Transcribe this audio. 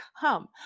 come